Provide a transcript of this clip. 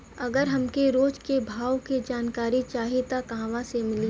अगर हमके रोज के भाव के जानकारी चाही त कहवा से मिली?